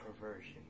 perversion